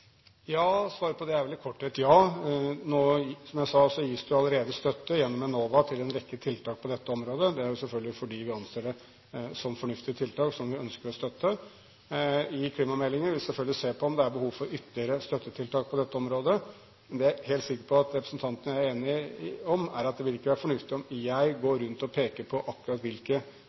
Svaret på det er i korthet ja. Som jeg sa, gis det jo allerede støtte gjennom Enova til en rekke tiltak på dette området. Det er selvfølgelig fordi vi anser det som fornuftige tiltak som vi ønsker å støtte. I klimameldingen vil vi selvfølgelig se på om det er behov for ytterligere støttetiltak på dette området. Det jeg er helt sikker på at representanten og jeg er enige om, er at det ikke vil være fornuftig om jeg går rundt og peker på akkurat hvilke